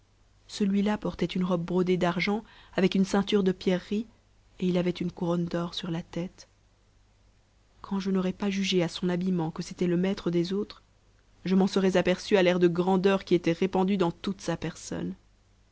celui-là portait une robe brodée d'argent avec une ceinture de pierreries et il avait une couronne d'or sur la tête quand je n'aurais pas jugé à son habillement que c'était le maitre des autres je m'en serais aperçu à l'air de grandeur qui était répandu dans toute sa personne